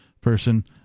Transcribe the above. person